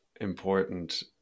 important